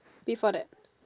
before that